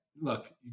look